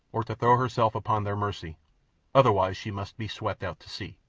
or to throw herself upon their mercy otherwise she must be swept out to sea.